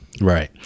right